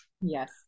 Yes